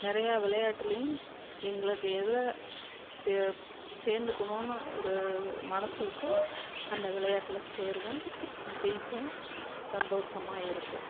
நிறையா விளையாட்டுலையும் எங்களுக்கு எதில் தே சேர்ந்துக்கணுன்னு ஒரு மனது இருக்கோ அந்த விளையாட்டில் சேர்வோம் ஜெயிப்போம் சந்தோஷமாக இருப்போம்